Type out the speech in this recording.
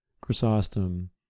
Chrysostom